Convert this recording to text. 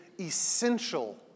essential